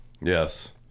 Yes